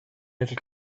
little